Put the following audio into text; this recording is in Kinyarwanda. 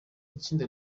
itsinda